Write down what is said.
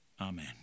Amen